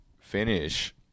finish